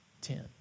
ten